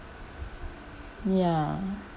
ya